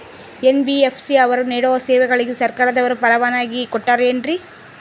NBFC ಅವರು ನೇಡೋ ಸೇವೆಗಳಿಗೆ ಸರ್ಕಾರದವರು ಪರವಾನಗಿ ಕೊಟ್ಟಾರೇನ್ರಿ?